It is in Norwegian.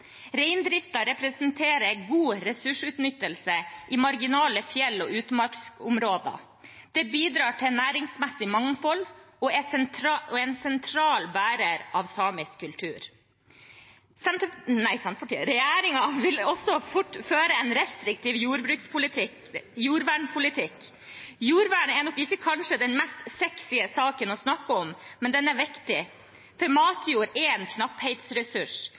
representerer god ressursutnyttelse i marginale fjell- og utmarksområder. Den bidrar til næringsmessig mangfold og er en sentral bærer av samisk kultur. Regjeringen vil også fort føre en restriktiv jordvernpolitikk. Jordvern er kanskje ikke den mest sexy saken å snakke om, men den er viktig, for matjord er en knapphetsressurs.